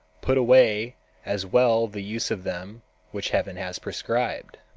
put away as well the use of them which heaven has prescribed.